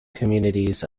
communities